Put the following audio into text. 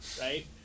right